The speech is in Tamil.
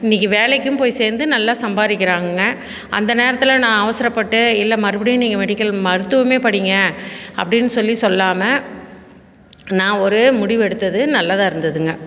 இன்றைக்கி வேலைக்கும் போய் சேர்ந்து நல்லா சம்பாதிக்கிறாங்கங்க அந்த நேரத்தில் நான் அவசரப்பட்டு இல்லை மறுபடியும் நீங்கள் மெடிக்கல் மருத்துவமே படிங்க அப்படின்னு சொல்லி சொல்லாமல் நான் ஒரு முடிவு எடுத்தது நல்லதாக இருந்ததுங்க